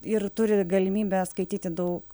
ir turi galimybę skaityti daug